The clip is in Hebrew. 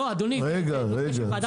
לא, אדוני, זה נושא של ועדת הכלכלה.